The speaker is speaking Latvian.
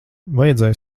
vajadzēja